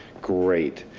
great,